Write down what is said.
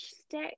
stick